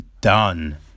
done